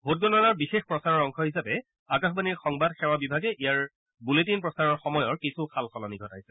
ভোটগণনাৰ বিশেষ প্ৰচাৰৰ অংশ হিচাপে আকাশবাণীৰ সংবাদ সেৱা বিভাগে ইয়াৰ বুলেটিন প্ৰচাৰৰ সময়ৰ কিছু সালসলনি ঘটাইছে